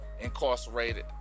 incarcerated